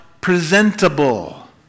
presentable